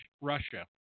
Russia